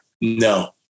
No